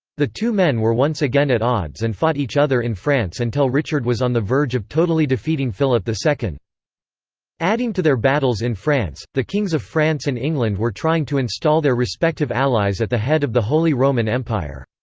the two men were once again at odds and fought each other in france until richard was on the verge of totally defeating philip ii. adding to their battles in france, the kings of france and england were trying to install their respective allies at the head of the holy roman empire.